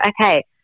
okay